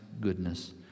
goodness